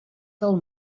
del